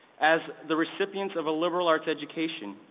as the recipients of a liberal arts education,